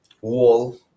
wall